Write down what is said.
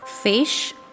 Fish